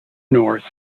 north